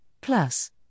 plus